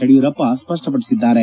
ಯಡಿಯೂರಪ್ಪ ಸ್ಪಷ್ಟಪಡಿಸಿದ್ದಾರೆ